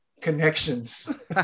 connections